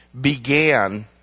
began